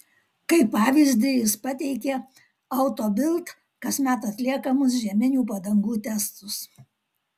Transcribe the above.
kaip pavyzdį jis pateikė auto bild kasmet atliekamus žieminių padangų testus